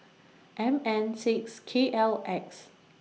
M N six K L X